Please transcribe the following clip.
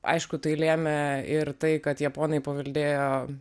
aišku tai lėmė ir tai kad japonai paveldėjo